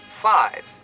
five